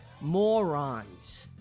Morons